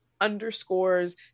underscores